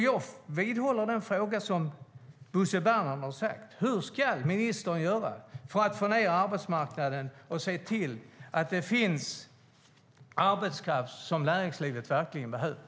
Jag upprepar den fråga som Bo Bernhardsson ställde: Hur ska ministern göra för att få ned arbetslösheten och se till att det finns arbetskraft som näringslivet verkligen behöver?